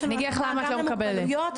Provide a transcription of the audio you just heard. יש לנו התאמה גם למוגבלויות,